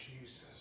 Jesus